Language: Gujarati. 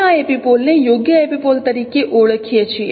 આપણે આ એપિપોલ ને યોગ્ય એપિપોલ તરીકે ઓળખીએ છીએ